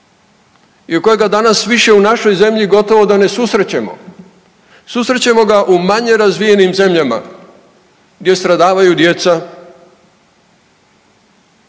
i kojega danas više u našoj zemlji gotovo da ne susrećemo, susrećemo ga u manje razvijenim zemljama gdje stradavaju djeca